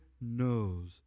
knows